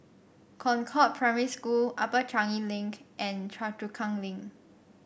Concord Primary School Upper Changi Link and Choa Chu Kang Link